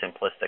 simplistic